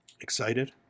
Excited